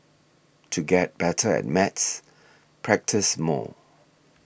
to get better at maths practise more